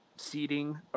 seating